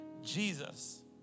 Jesus